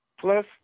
plus